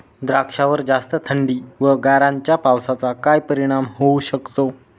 द्राक्षावर जास्त थंडी व गारांच्या पावसाचा काय परिणाम होऊ शकतो?